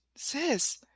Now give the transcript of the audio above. Sis